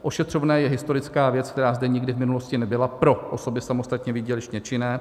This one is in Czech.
Ošetřovné je historická věc, která zde nikdy v minulosti nebyla pro osoby samostatně výdělečně činné.